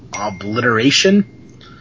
obliteration